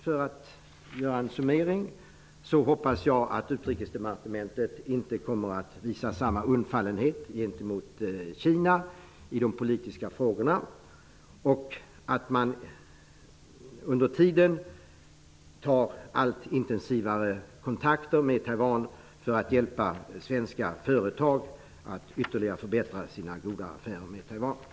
För att göra en summering kan jag säga att jag hoppas att Utrikesdepartementet inte kommer att visa samma undfallenhet gentemot Kina i de politiska frågorna och att man under tiden tar allt intensivare kontakter med Taiwan för att hjälpa svenska företag att ytterligare förbättra sina goda affärer med Taiwan.